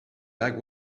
like